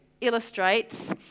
illustrates